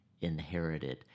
inherited